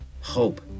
Hope